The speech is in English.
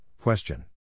question